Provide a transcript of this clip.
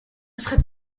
serait